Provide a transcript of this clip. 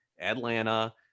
Atlanta